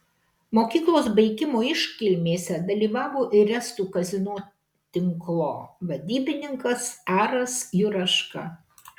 mokyklos baigimo iškilmėse dalyvavo ir estų kazino tinklo vadybininkas aras juraška